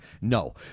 No